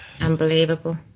unbelievable